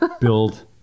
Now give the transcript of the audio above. build